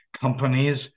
Companies